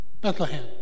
Bethlehem